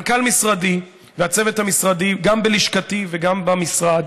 מנכ"ל משרדי והצוות המשרדי, גם בלשכתי וגם במשרד,